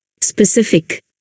Specific